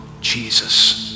Jesus